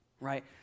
Right